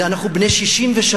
אנחנו בני 63,